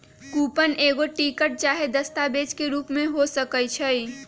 coupon एगो ticket चाहे दस्तावेज के रूप में हो सकइ छै